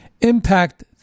impact